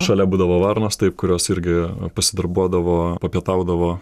šalia būdavo varnos taip kurios irgi pasidarbuodavo papietaudavo